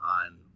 on